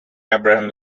abraham